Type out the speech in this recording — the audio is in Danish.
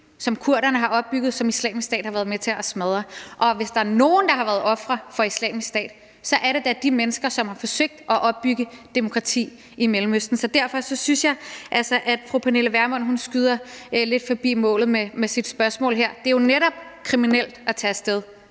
som kurderne har opbygget, og som Islamisk Stat har været med til at smadre. Og hvis der er nogen, der har været ofre for Islamisk Stat, så er det da de mennesker, som har forsøgt at opbygge demokrati i Mellemøsten. Så derfor synes jeg altså, at fru Pernille Vermund skyder lidt forbi målet med sit spørgsmål her. Det er jo netop kriminelt at tage af sted